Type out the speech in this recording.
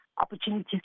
opportunities